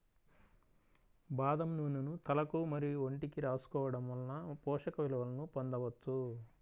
బాదం నూనెను తలకు మరియు ఒంటికి రాసుకోవడం వలన పోషక విలువలను పొందవచ్చు